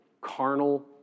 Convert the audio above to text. carnal